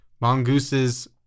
Mongooses